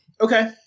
Okay